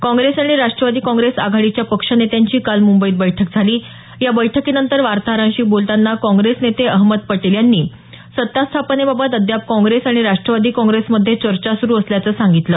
काँग्रेस आणि राष्ट्रवादी काँग्रेस आघाडीच्या पक्ष नेत्यांची काल मुंबईत बैठक झाली या बैठकीनंतर वार्ताहरांशी बोलताना काँग्रेस नेते अहमद पटेल यांनी सत्ता स्थापनेबाबत अद्याप काँग्रेस आणि राष्ट्रवादी काँग्रेसमध्ये चर्चा सुरु असल्याचं सांगितलं